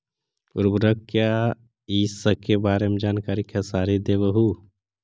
उर्वरक क्या इ सके बारे मे जानकारी खेसारी देबहू?